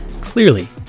Clearly